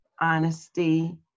honesty